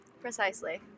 precisely